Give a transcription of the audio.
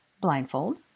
Blindfold